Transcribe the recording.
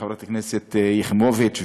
חברת הכנסת יחימוביץ,